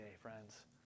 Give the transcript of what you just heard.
friends